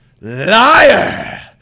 Liar